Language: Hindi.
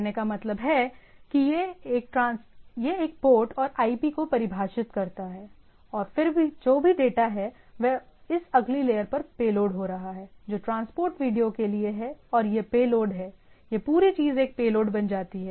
कहने का मतलब है कि यह एक पोर्ट और आईपी को परिभाषित करता है और फिर जो भी डेटा है वह इस अगली लेयर पर पेलोड हो रहा है जो ट्रांसपोर्ट वीडियो के लिए है और यह पेलोड है यह पूरी चीज एक पेलोड बन जाती है